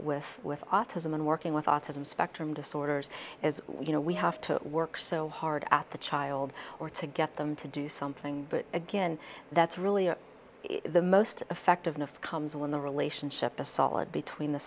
with with autism and working with autism spectrum disorders is you know we have to work so hard at the child or to get them to do something but again that's really the most effective and comes when the relationship between the